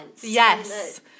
Yes